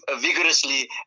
vigorously